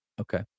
Okay